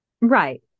right